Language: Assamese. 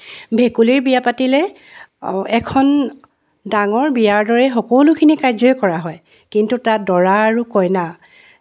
ভেকুলীৰ বিয়া পাতিলে এখন ডাঙৰ বিয়াৰ দৰেই সকলোখিনি কাৰ্যই কৰা হয় কিন্তু তাত দৰা আৰু কইনা